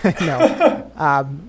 No